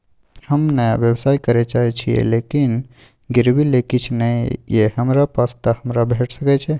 हम नया व्यवसाय करै चाहे छिये लेकिन गिरवी ले किछ नय ये हमरा पास त हमरा भेट सकै छै?